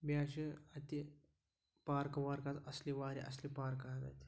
بیٚیہِ حظ چھِ اَتہِ پارکہٕ وارکہٕ حظ اَصلہِ واریاہ اَصلہِ پارکہٕ حظ اَتہِ